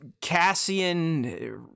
cassian